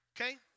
Okay